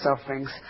sufferings